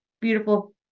beautiful